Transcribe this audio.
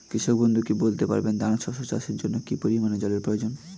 কৃষক বন্ধু কি বলতে পারবেন দানা শস্য চাষের জন্য কি পরিমান জলের প্রয়োজন?